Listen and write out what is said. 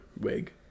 wig